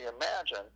imagine